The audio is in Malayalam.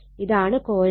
ഇതാണ് കോയിൽ 2